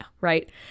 right